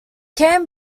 can